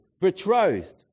betrothed